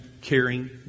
caring